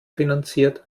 finanziert